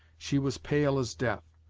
she was pale as death,